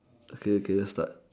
okay okay start